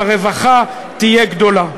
והרווחה תהיה גדולה.